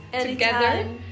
together